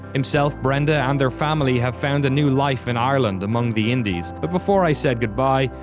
himself, brenda and their family have found a new life in ireland, among the indies, but before i said goodbye,